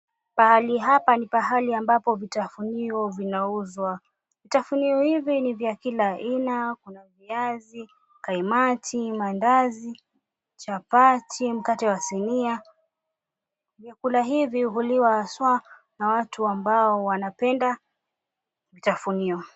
Pahali hapa ni pahali ambapo vitafunio vinauzwa. Vitafunio hivi ni vya kila aina; kuna viazi, kaimati ,maandazi, chapati, mkate wa sinia. Vyakula hivi huliwa haswa na watu ambao wanapenda vitafunio.